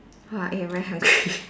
!wah! eh I very hungry